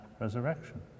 Resurrection